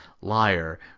liar